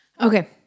Okay